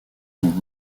sont